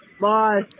Bye